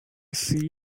see